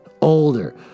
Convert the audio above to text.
older